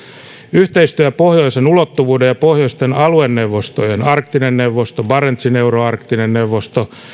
yhteistyö pohjoisen ulottuvuuden ja pohjoisten alueneuvostojen arktinen neuvosto barentsin euroarktinen neuvosto